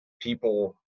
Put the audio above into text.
people